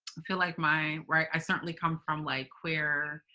feel like my right, i certainly come from, like, queer,